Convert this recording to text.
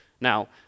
Now